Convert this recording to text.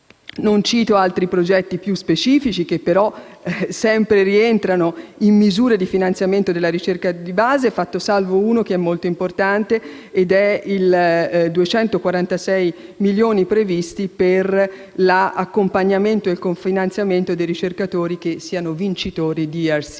Non cito altri progetti più specifici, che rientrano sempre in misure di finanziamento della ricerca di base, fatto salvo uno che è molto importante e riguarda i 246 milioni di euro previsti per l'accompagnamento e il cofinanziamento dei ricercatori che siano vincitori di